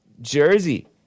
Jersey